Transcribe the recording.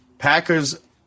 Packers